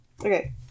Okay